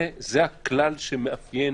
זה הכלל שמאפיין